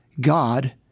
God